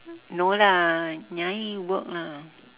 no lah nyai work lah